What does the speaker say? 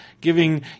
giving